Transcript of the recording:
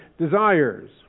desires